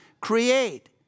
create